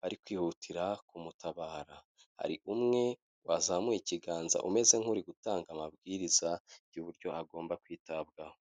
bari kwihutira kumutabara, hari umwe wazamuye ikiganza umeze nk'uri gutanga amabwiriza y'uburyo agomba kwitabwaho.